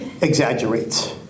exaggerates